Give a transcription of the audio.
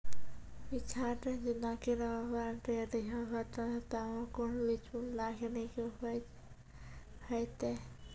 पीछात जेनाकि नवम्बर अंत आ दिसम्बर प्रथम सप्ताह मे कून बीज बुनलास नीक उपज हेते?